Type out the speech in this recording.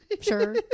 sure